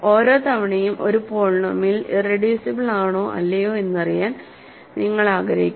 ഓരോ തവണയും ഒരു പോളിനോമിയൽ ഇറെഡ്യൂസിബിൾ ആണോ അല്ലയോ എന്ന് അറിയാൻ നിങ്ങൾ ആഗ്രഹിക്കുന്നു